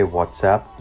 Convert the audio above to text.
WhatsApp